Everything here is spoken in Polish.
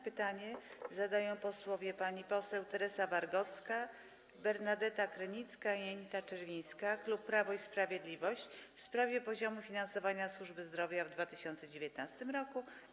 Pytanie zadają posłowie Teresa Wargocka, Bernadeta Krynicka i Anita Czerwińska, klub Prawo i Sprawiedliwość, w sprawie poziomu finansowania służby zdrowia w 2019 r.